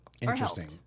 Interesting